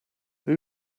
who